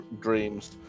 dreams